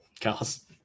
Cars